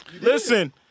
Listen